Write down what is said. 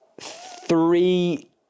three